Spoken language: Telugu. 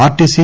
ఆర్టీసీ